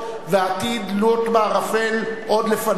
ועתיד לוט בערפל עוד לפנינו.